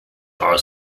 are